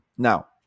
Now